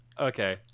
Okay